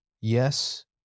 Yes